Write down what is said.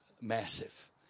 massive